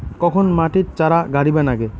কখন মাটিত চারা গাড়িবা নাগে?